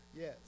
yes